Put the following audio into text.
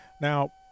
now